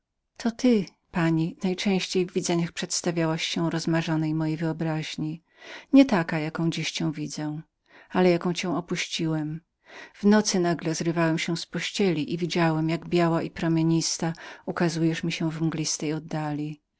istniejące ty to pani najczęściej w widzeniach przedstawiałaś się rozmarzonej mojej wyobraźni nie taką jaką dziś cię widzę ale jaką cię opuściłem w nocy nagle zrywałem się z pościeli i widziałem jak biała i promienista ukazywałaś mi się w mglistej oddali